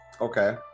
Okay